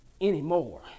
anymore